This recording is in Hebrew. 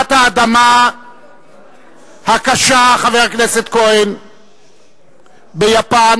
רעידת האדמה הקשה ביפן